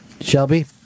Shelby